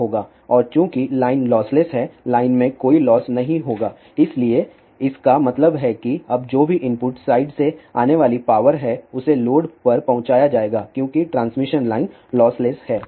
और चूंकि line lossless है लाइन में कोई लॉस नहीं होगा इसलिए इसका मतलब है कि अब जो भी इनपुट साइड से आने वाली पावर है उसे लोड पर पहुंचाया जाएगा क्योंकि ट्रांसमिशन लाइन लॉसलेस है